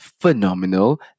phenomenal